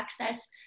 access